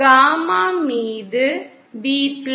gamma மீது V gama x